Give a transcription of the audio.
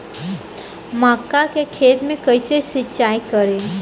मका के खेत मे कैसे सिचाई करी?